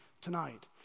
tonight